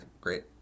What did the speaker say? great